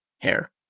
Hair